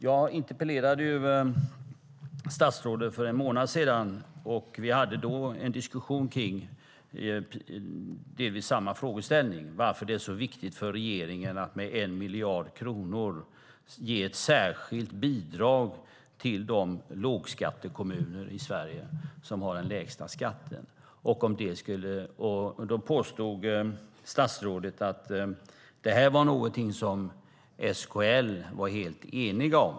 Jag interpellerade statsrådet för en månad sedan, och vi hade då en diskussion kring delvis samma frågeställning, alltså varför det är så viktigt för regeringen att med 1 miljard kronor ge ett särskilt bidrag till de lågskattekommuner i Sverige som har den lägsta skatten. Då påstod statsrådet att det var någonting SKL var helt eniga om.